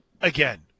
Again